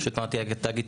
פשוט אמרתי לתאגיד,